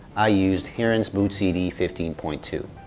i used hiren's bootcd fifteen point two.